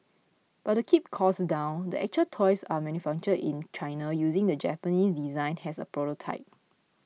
but to keep costs down the actual toys are manufactured in China using the Japanese design as a prototype